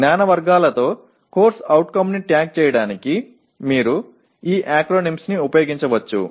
జ్ఞాన వర్గాలతో CO ని ట్యాగ్ చేయడానికి మీరు ఈ ఎక్రోనింస్ని ఉపయోగించవచ్చు